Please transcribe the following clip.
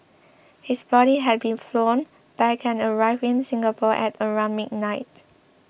his body had been flown back and arrived in Singapore at around midnight